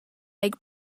egg